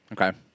Okay